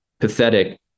pathetic